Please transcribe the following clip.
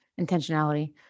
Intentionality